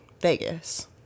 Vegas